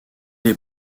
est